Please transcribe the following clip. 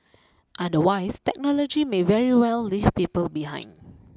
otherwise technology may very well leave people behind